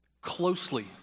closely